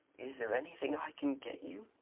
is there anything i can get you,